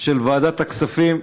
של ועדת הכספים,